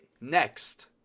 Next